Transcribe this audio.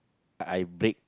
I break